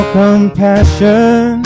compassion